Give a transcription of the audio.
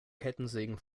kettensägen